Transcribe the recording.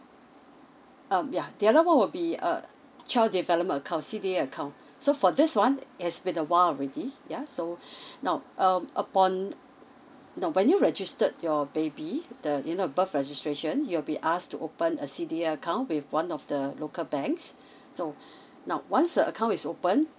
um yeah the other one would be a child development account C_D_A account so for this one it's been a while already yeah so now um upon now when you registered your baby the you know birth registration you'll be asked to open a C_D_A account with one of the local banks so now once the account is open